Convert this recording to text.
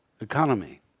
economy